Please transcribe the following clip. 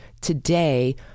today